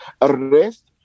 arrest